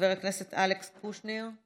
חבר הכנסת אלכס קושניר,